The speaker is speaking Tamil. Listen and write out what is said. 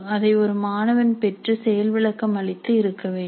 அதை ஒரு மாணவன் பெற்று செயல்விளக்கம் அளித்து இருக்க வேண்டும்